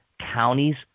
counties